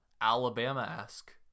Alabama-esque